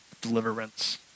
deliverance